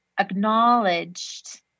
acknowledged